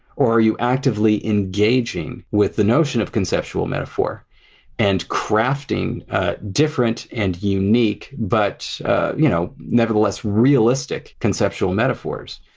or are you actively engaging with the notion of conceptual metaphor and crafting different and unique but you know nevertheless realistic conceptual metaphors?